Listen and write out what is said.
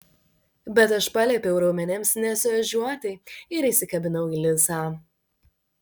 bet aš paliepiau raumenims nesiožiuoti ir įsikabinau į lisą